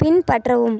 பின்பற்றவும்